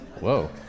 Whoa